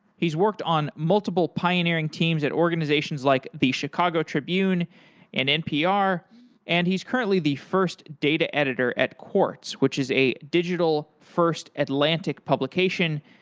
he's worked on multiple pioneering teams at organizations like the chicago tribune and npr and he's currently the first data editor at quartz which is a digital first atlantic publication.